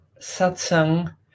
satsang